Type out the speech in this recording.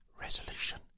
resolution